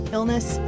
illness